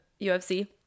UFC